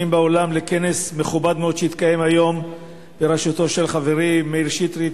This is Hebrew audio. בעולם לכנס מכובד מאוד שהתקיים היום בראשותו של חברי מאיר שטרית,